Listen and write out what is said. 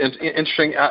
interesting